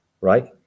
right